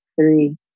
three